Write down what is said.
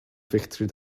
victory